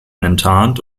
enttarnt